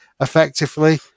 effectively